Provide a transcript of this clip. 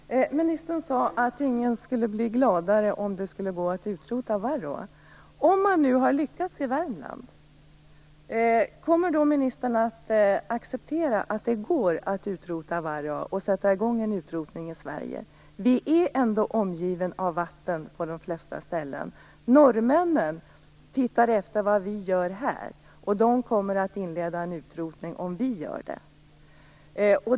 Herr talman! Ministern sade att ingen skulle bli gladare än hon om det gick att utrota varroa. Men om man nu har lyckats i Värmland, kommer då ministern att acceptera att det går att utrota varroa och sätta i gång en utrotning i Sverige? Vi är ändå omgivna av vatten på de flesta håll. Norrmännen tittar på vad vi gör, och de kommer att inleda en utrotning om vi gör det.